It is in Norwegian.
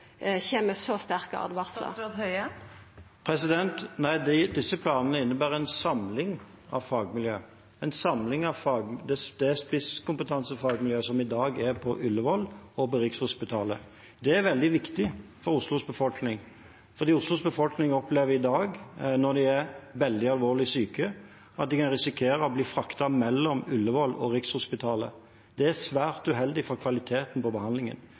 kjem med så sterke åtvaringar. Nei, disse planene innebærer en samling av fagmiljøet, en samling av det spisskompetansefagmiljøet som i dag er på Ullevål og på Rikshospitalet. Det er veldig viktig for Oslos befolkning, for Oslos befolkning opplever i dag når de er veldig alvorlig syke, at de kan risikere å bli fraktet mellom Ullevål og Rikshospitalet. Det er svært uheldig for kvaliteten på behandlingen.